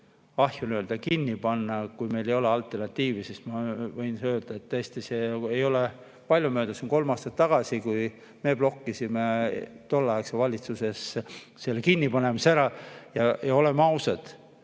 ahju nii-öelda kinni panna, kui meil ei ole alternatiivi. Ma võin öelda, et sellest ei ole palju möödas, see oli kolm aastat tagasi, kui me blokkisime tolleaegses valitsuses selle kinnipanemise ära. Oleme ausad: